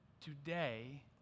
Today